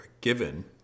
given